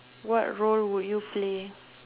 what role would you play